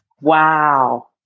Wow